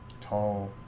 tall